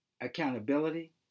Accountability